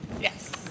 yes